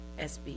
SB